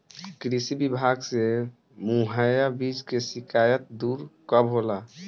कृषि विभाग से मुहैया बीज के शिकायत दुर कब होला?